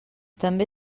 també